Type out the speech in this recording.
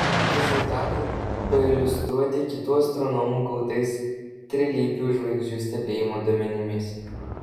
rezultatai pailiustruoti kitų astronomų gautais trilypių žvaigždžių stebėjimo duomenimis